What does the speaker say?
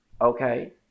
Okay